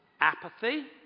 apathy